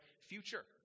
future